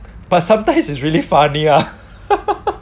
but sometimes it's really funny ah